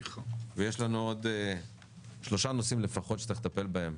ויש לנו עוד שלושה נושאים לפחות שצריך לטפל בהם,